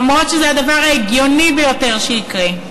אף שזה הדבר ההגיוני ביותר שיקרה.